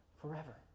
forever